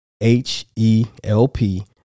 H-E-L-P